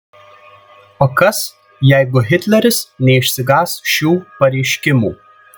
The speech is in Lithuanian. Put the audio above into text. o kas jeigu hitleris neišsigąs šių pareiškimų